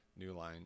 Newline